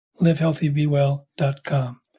livehealthybewell.com